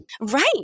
Right